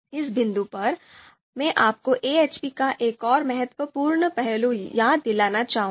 इस बिंदु पर मैं आपको AHPका एक और महत्वपूर्ण पहलू याद दिलाना चाहूंगा